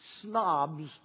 snobs